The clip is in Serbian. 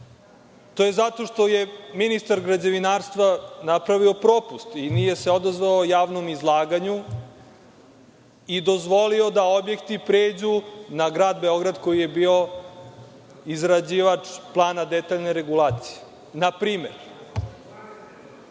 to je zato što je ministar građevinarstva napravio propust i nije se odazvao javnom izlaganju i dozvolio da objekti pređu na Grad Beograd, koji je bio izrađivač plana detaljne regulacije. Na primer,